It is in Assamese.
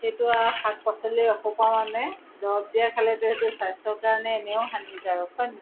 সেইটো শাক পাচলি এসোপাও নাই দৰৱ দিয়া খালেতো সেইটো স্বাস্থ্যৰ কাৰণে এনেও হানিকাৰক হয় নহয়